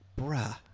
bruh